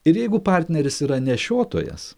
ir jeigu partneris yra nešiotojas